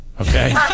Okay